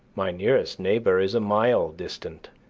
my nearest neighbor is a mile distant,